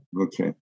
okay